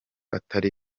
atari